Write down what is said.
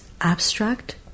abstract